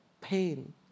pain